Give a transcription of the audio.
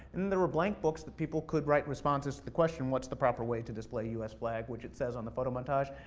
and there were blank books that people could write responses to the question, what's the proper way to display a us flag? which it says on the photo montage.